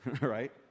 right